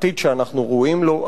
עתיד שאנחנו ראויים לו,